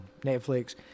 Netflix